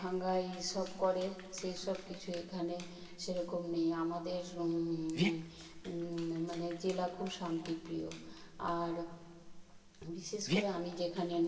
ফুর্তি করি এবং অষ্টমীতে আমরা পুষ্পাঞ্জলি দিই এবং পূজা হয় পূজায় আমরা প্রসাদ খাই নাচ গান হয় এবং যেমন আছে সরস্বতী পুজো